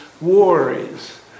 worries